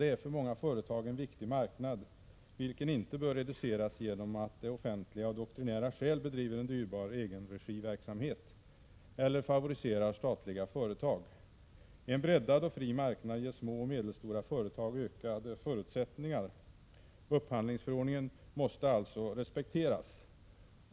Det är för många företag en viktig marknad, vilken inte bör reduceras genom att — Prot. 1986/87:70 det offentliga av doktrinära skäl bedriver en dyrbar egenregiverksamheteller — 12 februari 1987 favoriserar statliga företag. En breddad och fri marknad ger små och medelstora företag ökade förutsättningar. Upphandlingsförordningen måste alltså respekteras.